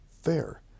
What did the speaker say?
fair